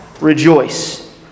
rejoice